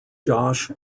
josh